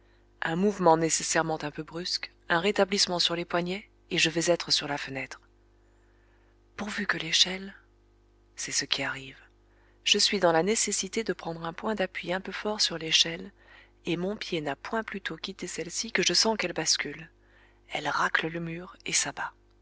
un mouvement nécessairement un peu brusque un rétablissement sur les poignets et je vais être sur la fenêtre pourvu que l'échelle c'est ce qui arrive je suis dans la nécessité de prendre un point d'appui un peu fort sur l'échelle et mon pied n'a point plutôt quitté celle-ci que je sens qu'elle bascule elle râcle le mur et s'abat